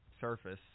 surface